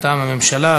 מטעם הממשלה,